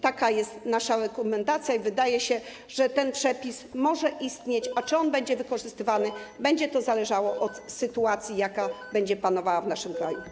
Taka jest nasza rekomendacja i wydaje się, że ten przepis może istnieć, a to, czy on będzie wykorzystywany, będzie zależało od sytuacji, jaka będzie panowała w naszym kraju.